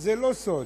זה לא סוד: